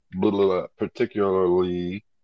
particularly